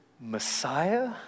Messiah